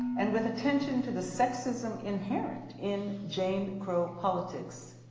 and with attention to the sexism inherent in jane crow politics.